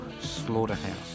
slaughterhouse